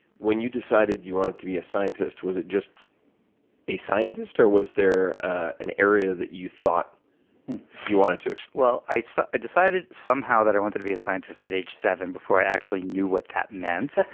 when you decided you wanted to be a scientist, was it just a scientist? or was there an area that you thought you wanted to explore? i i decided somehow that i wanted to be a scientist at age seven before i actually knew what that meant.